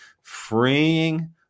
freeing